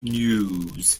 news